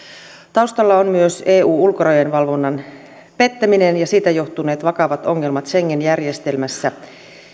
taustalla on myös eun ulkorajojen valvonnan pettäminen ja siitä johtuneet vakavat ongelmat schengen järjestelmässä